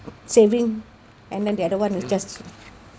saving and then the other one is just